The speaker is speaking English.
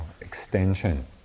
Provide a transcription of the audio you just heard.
extension